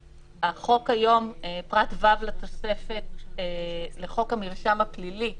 שפרט (ו) לתוספת לחוק המרשם הפלילי,